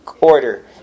order